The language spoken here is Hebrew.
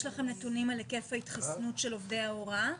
יש לכם נתונים על היקף ההתחסנות של עובדי ההוראה?